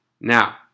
Now